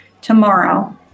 tomorrow